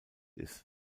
ist